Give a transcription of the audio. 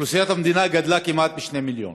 אוכלוסיית המדינה גדלה כמעט בשני מיליון,